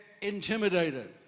intimidated